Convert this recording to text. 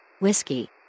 Whiskey